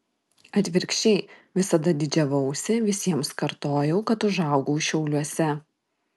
atvirkščiai visada didžiavausi visiems kartojau kad užaugau šiauliuose